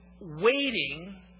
waiting